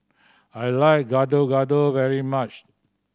I like Gado Gado very much